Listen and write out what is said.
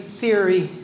theory